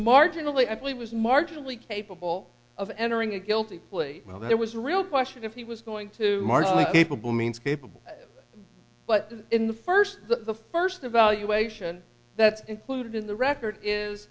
marginally ugly was marginally capable of entering a guilty plea well there was real question if he was going to march capable means capable but in the first the first evaluation that's included in the record is